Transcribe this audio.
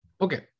Okay